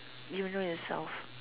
you don't know yourself